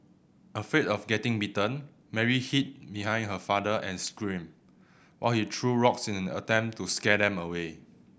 afraid of getting bitten Mary hid behind her father and screamed while he threw rocks in an attempt to scare them away